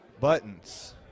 Buttons